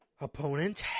opponent